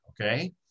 okay